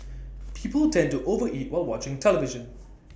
people tend to over eat while watching the television